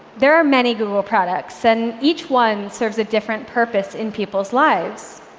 there are many google products, and each one serves a different purpose in people's lives,